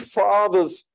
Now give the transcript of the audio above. father's